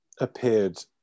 appeared